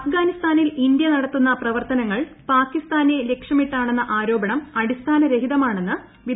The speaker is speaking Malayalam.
അഫ്ഗാനിസ്ഥാനിൽ ഇന്ത്യ നടത്തുന്ന പ്രവർത്തനങ്ങൾ പാകിസ്ഥാനെ ലക്ഷ്യമിട്ടാണെന്ന ആരോപണം അടിസ്ഥാനരഹിതമാണെന്ന് വിദേശകാര്യമന്ത്രി